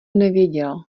nevěděl